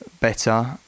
better